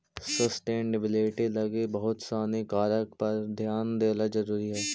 sustainability लगी बहुत सानी कारक पर ध्यान देला जरुरी हई